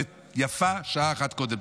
ויפה שעה אחת קודם.